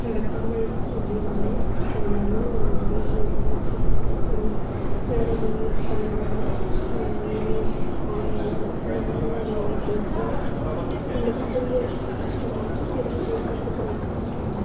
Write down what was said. நம்ம தமிழ் அப்டின்னாலே ஒரு நல்ல ஒரு மரியாதை எல்லாத்திற்கும் வேற மொழி கன்னடம் இங்கிலீஷ் மலையாளம் இந்த மாதிரி மொழிகளில் பேசினா நம்மளுக்கு புரிகிறதுக்கு கஷ்டமாக இருக்கும் திருப்பி பேசுகிறதுக்கு ரொம்ப கஷ்டமாக இருக்கும்